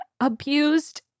abused